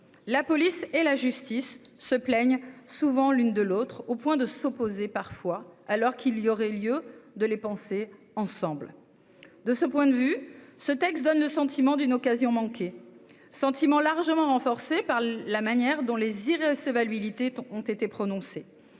la police et la justice se plaignent souvent l'une de l'autre, au point de s'opposer parfois alors qu'il y aurait lieu de les penser ensemble, de ce point de vue ce texte donne le sentiment d'une occasion manquée, sentiment largement renforcés par la manière dont les irrecevabilité ont été prononcées,